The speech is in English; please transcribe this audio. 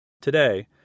Today